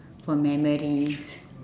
for memories